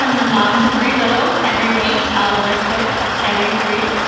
i'm a mom to three. little henry eight. oliver six. teddy three.